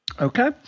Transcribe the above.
Okay